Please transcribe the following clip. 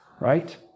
right